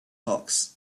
hawks